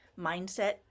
mindset